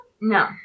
No